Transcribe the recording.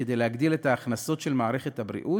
כדי להגדיל את ההכנסות של מערכת הבריאות.